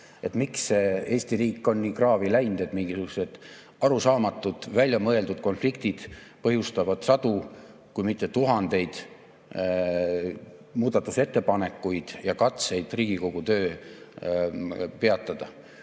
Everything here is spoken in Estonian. Miks Eesti riik on nii kraavi läinud, et mingisugused arusaamatud, väljamõeldud konfliktid põhjustavad sadu, kui mitte tuhandeid muudatusettepanekuid ja katseid Riigikogu töö peatada?